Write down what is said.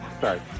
Sorry